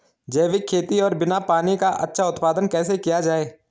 जैविक खेती और बिना पानी का अच्छा उत्पादन कैसे किया जाए?